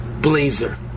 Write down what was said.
blazer